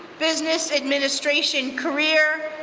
business administration career,